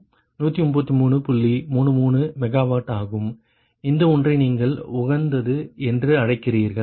33 MW ஆகும் இந்த ஒன்றை நீங்கள் உகந்தது என்று அழைக்கிறீர்கள்